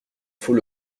faut